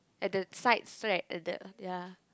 at the sides right at the ya